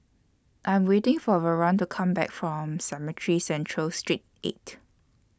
I'm waiting For Verlon to Come Back from Cemetry Central Street eight